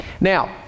Now